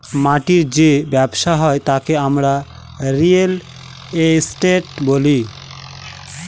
মাটির যে ব্যবসা হয় তাকে আমরা রিয়েল এস্টেট বলি